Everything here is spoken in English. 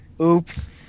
oops